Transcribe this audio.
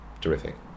terrific